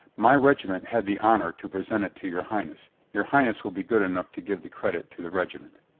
my regiment had the honor to present it to your highness. your highness will be good enough to give the credit to the regiment.